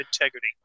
integrity